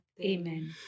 Amen